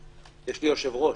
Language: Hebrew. יש לי יושב-ראש.